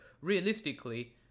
realistically